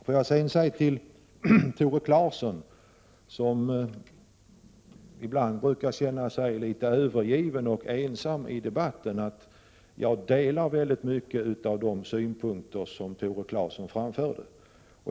Får jag sedan säga till Tore Claeson, som ibland brukar känna sig litet övergiven och ensam i debatten, att jag delar väldigt många av de synpunkter som han framförde.